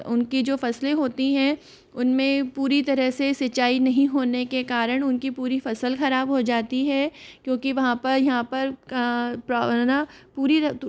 उनकी जो फसलें होती हैं उनमें पूरी तरह से सिंचाई नहीं होने के कारण उनकी पूरी फसल खराब हो जाती है क्योंकि वहाँ पर यहाँ पर पूरी